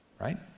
right